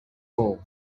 all